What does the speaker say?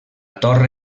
torre